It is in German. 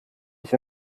ich